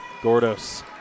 Gordos